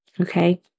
okay